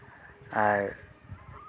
ᱟᱨ